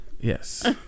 yes